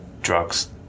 drugs